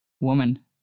woman